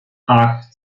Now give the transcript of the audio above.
acht